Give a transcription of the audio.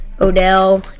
Odell